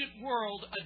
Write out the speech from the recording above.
world